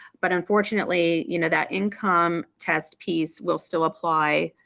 but unfortunately you know that income test piece will still apply